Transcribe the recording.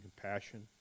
compassion